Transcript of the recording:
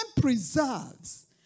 preserves